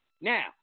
Now